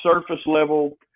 surface-level